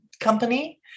company